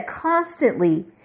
constantly